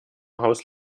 haus